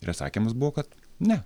ir atsakymas buvo kad ne